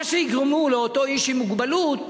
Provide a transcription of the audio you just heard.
מה שיגרמו לאותו איש עם מוגבלות